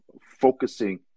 focusing